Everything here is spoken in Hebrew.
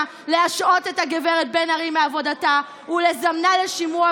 להשעות את הגב' בן-ארי מעבודתה ולזמנה לשימוע,